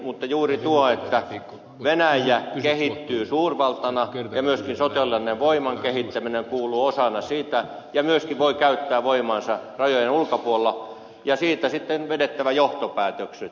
mutta juuri tuosta että venäjä kehittyy suurvaltana ja myöskin sotilaallisen voiman kehittäminen kuuluu siihen osana ja myöskin se voi käyttää voimaansa rajojen ulkopuolella on vedettävä johtopäätökset